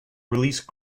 release